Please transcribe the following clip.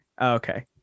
Okay